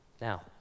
Now